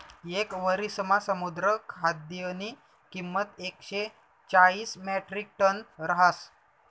येक वरिसमा समुद्र खाद्यनी किंमत एकशे चाईस म्याट्रिकटन रहास